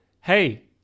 hey